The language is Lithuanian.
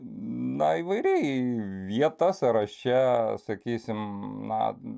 na įvairiai vieta sąraše sakysim na